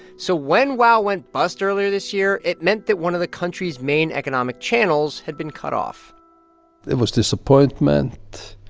so when wow went bust earlier this year, it meant that one of the country's main economic channels had been cut off it was disappointment.